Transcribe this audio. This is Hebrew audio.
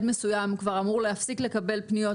מסוים הוא כבר אמור להפסיק לקבל פניות,